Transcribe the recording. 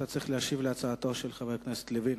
אתה צריך להשיב על הצעתו של חבר הכנסת לוין.